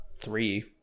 three